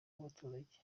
w’abaturage